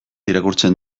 irakurtzen